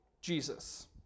Jesus